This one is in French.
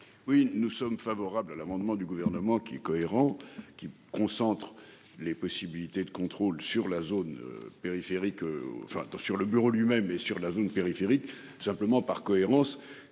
Oui, nous sommes favorables à l'amendement du gouvernement qui est cohérent qui concentre les possibilités de contrôle sur la zone périphérique enfin sur le bureau, lui-même et sur la zone périphérique simplement par cohérence.